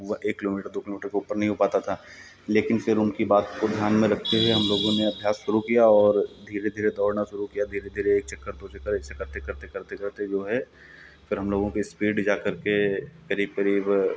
एक किलोमीटर दो किलोमीटर के ऊपर नहीं हो पाता था लेकिन फिर उनकी बात को ध्यान में रखते हुए हम लोगों ने अभ्यास शुरू किया और धीरे धीरे दौड़ना शुरू किया धीरे धीरे एक चक्कर दो चक्कर ऐसे करते करते करते करते जो है फिर हम लोगों की स्पीड जा कर के करीब करीब